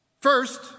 First